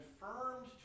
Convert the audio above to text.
confirmed